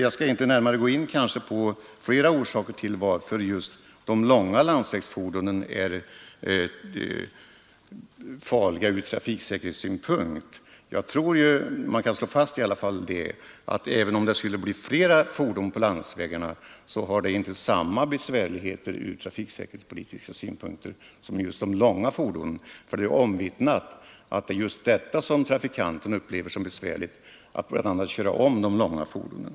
Jag skall inte gå in på fler orsaker till att just de långa landsvägsfordonen är farliga från trafiksäkerhetssynpunkt. Jag tror emellertid att man kan slå fast att fler fordon på landsvägarna än nu inte skulle innebära samma besvärligheter från trafiksäkerhetssynpunkt som just de långa fordonen. Det är nämligen omvittnat att trafikanterna upplever som besvärligt just att köra om de långa fordonen.